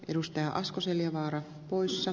edustaja asko seljavaara oyssä